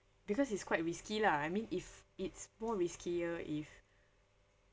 because it's quite risky lah I mean if it's more riskier if